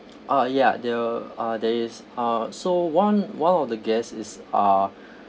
ah ya there'll uh there is uh so one one of the guest is uh